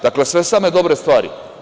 Dakle, sve same dobre stvari.